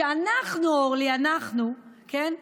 שאנחנו, אורלי, אנחנו, כן?